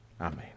Amen